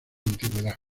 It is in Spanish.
antigüedad